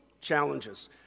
challenges